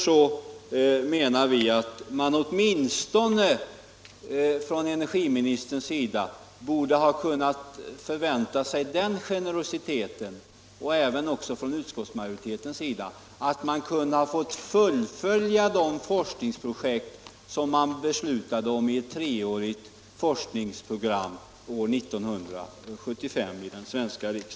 Därför menar vi att man från energiministern och även från utskottsmajoriteten åtminstone borde ha kunnat förvänta sig den generositeten att de forskningsprojekt som den svenska riksdagen år 1975 beslöt om inom ramen för ett treårigt forskningsprogram hade fått fullföljas.